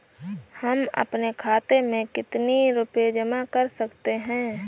हम अपने खाते में कितनी रूपए जमा कर सकते हैं?